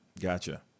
Gotcha